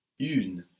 Une